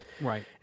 Right